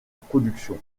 production